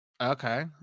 Okay